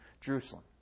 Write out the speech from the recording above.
Jerusalem